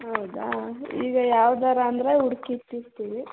ಹೌದಾ ಈಗ ಯಾವ್ದಾದ್ರು ಅಂದರೆ ಹುಡ್ಕಿ ಇಟ್ಟಿರ್ತೀನಿ